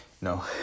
No